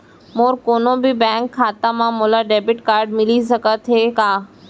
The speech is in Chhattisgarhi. मोर कोनो भी बैंक खाता मा मोला डेबिट कारड मिलिस सकत हे का?